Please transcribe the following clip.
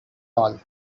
all